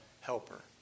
helper